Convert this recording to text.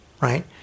right